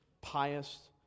pious